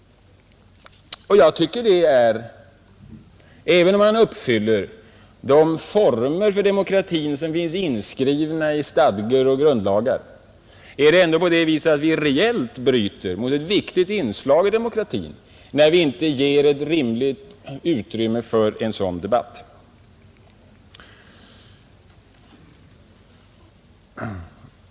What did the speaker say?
Även om vi uppfyller de former för demokratin som finns inskrivna i stadgar och grundlagar, bryter vi ändå reellt mot ett viktigt inslag i demokratin, när vi inte ger ett rimligt utrymme för en sådan debatt.